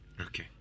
Okay